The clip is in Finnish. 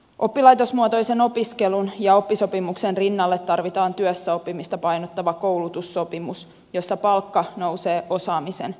oppilaitosmuotoisen opiskelun ja oppisopimuksen rinnalle tarvitaan työssäoppimista painottava koulutussopimus jossa palkka nousee osaamisen kehittyessä